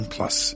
Plus